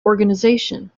organization